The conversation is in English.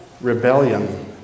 rebellion